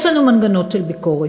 יש לנו מנגנון של ביקורת.